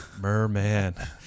merman